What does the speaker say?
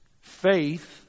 Faith